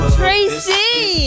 tracy